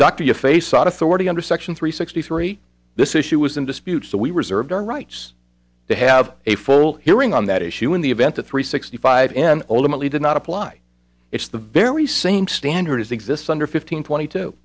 dr your face sought authority under section three sixty three this issue was in dispute so we reserved our rights to have a full hearing on that issue in the event of three sixty five and ultimately did not apply it's the very same standard as exists under fifteen twenty two